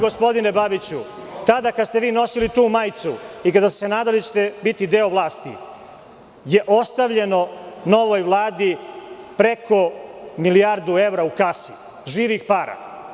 Gospodine Babiću, tada kada ste vi nosili tu majicu i kada ste se nadali da ćete biti deo vlasti je ostavljeno novoj Vladi preko milijardu evra u kasi živih para.